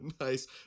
Nice